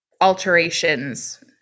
alterations